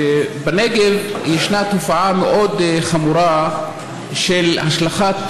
בנגב יש תופעה מאוד חמורה של השלכת